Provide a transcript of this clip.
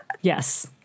Yes